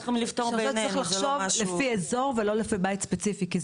צריך לחשוב לפי אזור ולא לפי בית ספציפי.